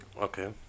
Okay